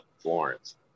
Florence